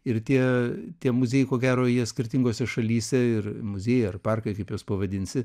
ir tie tie muziejai ko gero jie skirtingose šalyse ir muziejai ar parkai kaip juos pavadinsi